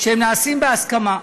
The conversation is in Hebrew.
שנעשים בהסכמה,